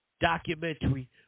documentary